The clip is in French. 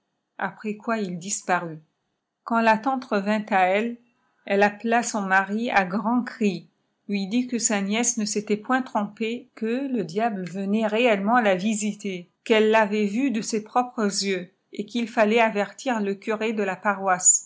après quoi il disparut quand la tante revint à elle elle appela sbn ttiàri a gfmds cjri lui dit que sa nièce ne s'ëlaît point trompée qife té disftle venait réellement la visiter qu'elle tayàit vu dé ës ltjp yeux et qu'il fallait avertir le curé de la paroisse